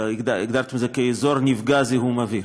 הגדרתם את זה: נפגע זיהום אוויר.